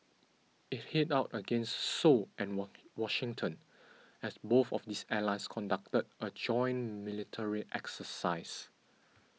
it hit out against Seoul and what Washington as both of these allies conducted a joint military exercise